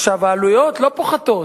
העלויות לא פוחתות,